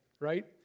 right